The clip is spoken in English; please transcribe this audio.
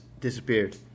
disappeared